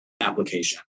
application